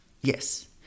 yes